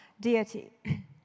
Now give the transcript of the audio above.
deity